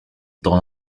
dans